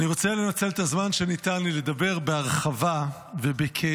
אני רוצה לנצל את הזמן שניתן לי לדבר בהרחבה ובכאב,